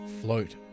float